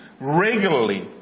regularly